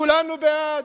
כולנו בעד.